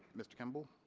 mr. kimball?